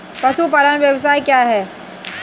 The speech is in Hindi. पशुपालन व्यवसाय क्या है?